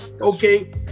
okay